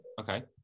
Okay